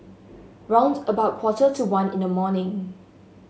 round about quarter to one in the morning